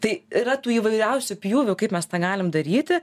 tai yra tų įvairiausių pjūvių kaip mes tą galim daryti